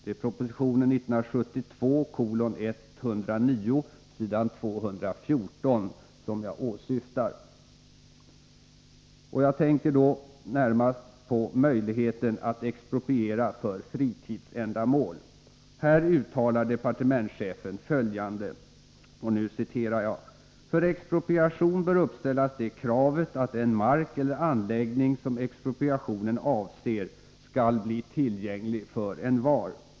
Det är proposition 1972:109 s. 214 som jag åsyftar. Jag tänker närmast på möjligheterna att expropriera för fritidsändamål. Här uttalar departementschefen följande: ”För expropriation bör uppställas det kravet att den mark eller anläggning som expropriationen avser skall bli tillgänglig för envar.